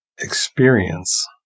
experience